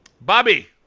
Bobby